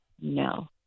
no